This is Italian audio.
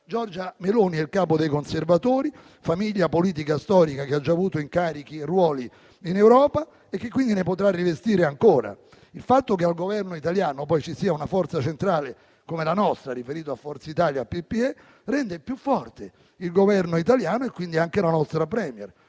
Giorgia Meloni è il capo dei conservatori, famiglia politica storica, che ha già avuto incarichi e ruoli in Europa e che quindi ne potrà rivestire ancora. Il fatto che al Governo italiano, poi, ci sia una forza centrale come la nostra, riferito a Forza Italia nel Gruppo PPE, rende più forte il Governo italiano e quindi anche la nostra *Premier*.